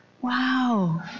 Wow